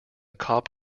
cobb